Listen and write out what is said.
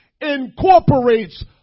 incorporates